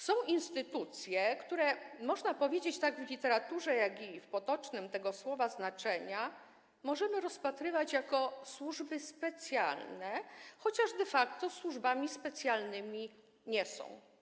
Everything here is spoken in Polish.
Są instytucje, które, można powiedzieć, tak w literaturze jak i w potocznym tego słowa znaczeniu, możemy rozpatrywać jako służby specjalne, chociaż de facto służbami specjalnymi nie są.